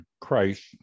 Christ